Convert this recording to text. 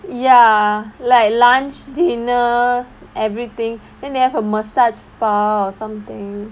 ya like lunch dinner everything then they have a massage spa or something